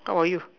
what about you